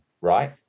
right